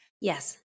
Yes